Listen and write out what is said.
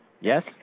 Yes